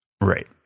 Right